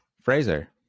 Fraser